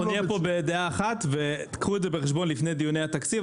אנחנו נהיה בדעה אחת וקחו את זה בחשבון לפני דיוני תקציב,